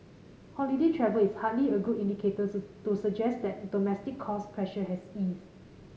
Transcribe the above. holiday travel is hardly a good indicator to suggest that domestic cost pressure has eased